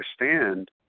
understand